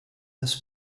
this